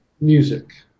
music